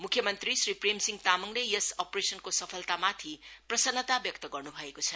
मुख्य मंत्री श्री प्रेमसिंह तामङले यस अपरेशनको सफलतामाथि प्रसन्नता व्यक्त गर्नु भएको छ